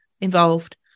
involved